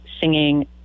singing